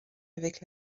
avec